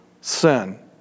sin